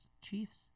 Chiefs